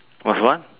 was what